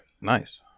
Nice